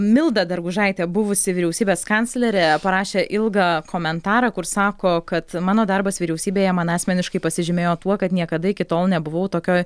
milda dargužaitė buvusi vyriausybės kanclerė parašė ilgą komentarą kur sako kad mano darbas vyriausybėje man asmeniškai pasižymėjo tuo kad niekada iki tol nebuvau tokioj